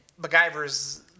MacGyver's